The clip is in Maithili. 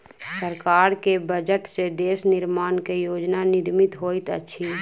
सरकार के बजट से देश निर्माण के योजना निर्मित होइत अछि